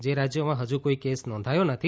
જે રાજ્યોમાં હજુ કોઈ કેસ નોંધાયો નથી